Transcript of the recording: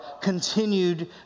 continued